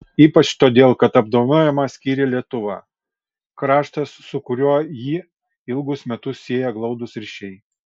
ypač todėl kad apdovanojimą skyrė lietuva kraštas su kuriuo jį ilgus metus sieja glaudūs ryšiai